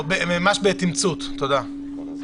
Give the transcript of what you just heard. ממש בתמצות, תודה.